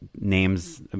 names